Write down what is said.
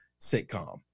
sitcom